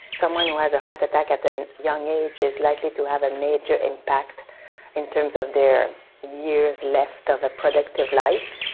someone who has a heart attack at a young age is likely to have a major impact in terms of their years left of a productive life.